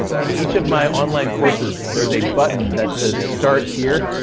in each of my online courses, there's a button that says start here.